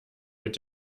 mit